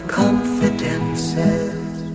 confidences